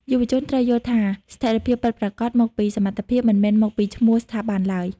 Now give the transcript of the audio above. យុវជនត្រូវយល់ថា ស្ថិរភាពពិតប្រាកដមកពី សមត្ថភាព មិនមែនមកពីឈ្មោះស្ថាប័នឡើយ។